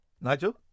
Nigel